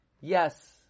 Yes